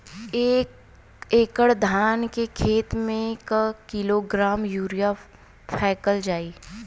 एक एकड़ धान के खेत में क किलोग्राम यूरिया फैकल जाई?